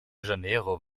janeiro